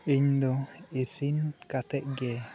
ᱤᱧᱫᱚ ᱤᱥᱤᱱ ᱠᱟᱛᱮᱫ ᱜᱮ